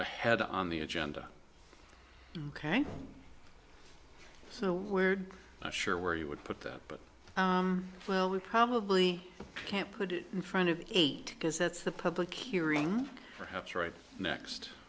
ahead on the agenda ok so we're not sure where you would put that but well we probably can't put it in front of eight because that's the public hearing perhaps right next